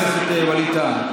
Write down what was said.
חבר הכנסת ווליד טאהא.